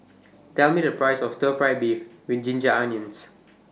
Tell Me The Price of Stir Fry Beef with Ginger Onions